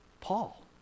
Paul